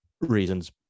reasons